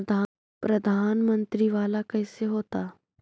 प्रधानमंत्री मंत्री वाला कैसे होता?